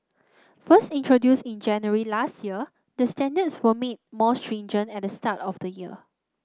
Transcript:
first introduced in January last year the standards were made more stringent at the start of the year